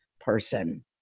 person